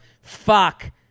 fuck